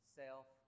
self